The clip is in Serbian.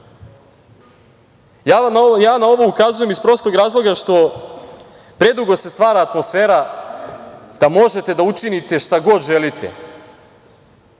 vam na ovo ukazujem iz prostog razloga što predugo se stvara atmosfera da možete da učinite šta god želite